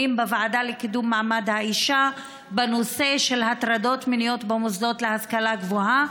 בוועדה לקידום מעמד האישה בנושא של הטרדות מיניות במוסדות להשכלה גבוהה,